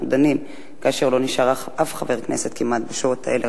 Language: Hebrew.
דנים כאשר לא נשאר כמעט אף חבר כנסת בשעות האלה,